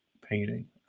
painting